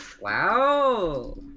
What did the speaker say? wow